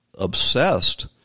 obsessed